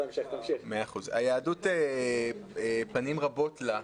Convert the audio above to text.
היהדות פנים רבות לה.